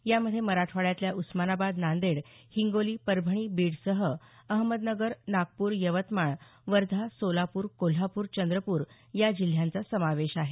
यामध्ये मराठवाड्यातल्या उस्मानाबाद नांदेड हिंगोली परभणी बीडसह अहमदनगर नागपूर यवतमाळ वर्धा सोलापूर कोल्हापूर चंद्रपूर या जिल्ह्यांचा समावेश आहे